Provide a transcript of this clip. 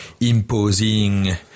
imposing